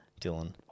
Dylan